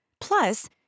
Plus